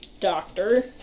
doctor